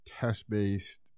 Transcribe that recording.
test-based